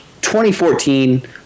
2014